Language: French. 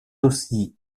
aussi